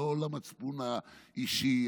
לא למצפון האישי,